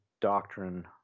doctrine